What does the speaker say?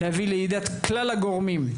להביא לידיעת כלל הגורמים,